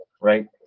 right